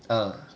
uh